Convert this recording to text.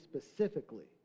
specifically